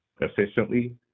efficiently